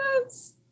Yes